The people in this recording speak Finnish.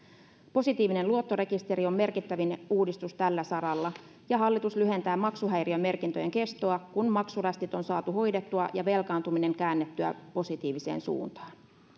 positiivinen luottorekisteri on merkittävin uudistus tällä saralla ja hallitus lyhentää maksuhäiriömerkintöjen kestoa kun maksurästit on saatu hoidettua ja velkaantuminen käännettyä positiiviseen suuntaan